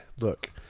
look